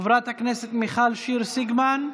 חברת הכנסת מיכל שיר סגמן,